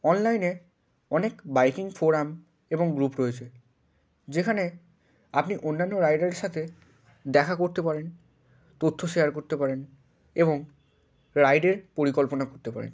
অনলাইনে অনেক biking forum এবং গ্রুপ রয়েছে যেখানে আপনি অন্যান্য রাইডারের সাথে দেখা করতে পারেন তথ্য শেয়ার করতে পারেন এবং রাইডের পরিকল্পনা করতে পারেন